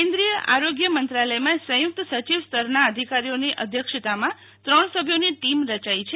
કેન્દ્રીય આરોગ્ય મંત્રાલયમાં સંયુક્ત સચિવ સ્તરના અધિકારીઓની અધ્યક્ષતામાં ત્રણ સભ્યોની ટીમ રયાઈ છે